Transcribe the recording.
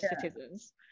citizens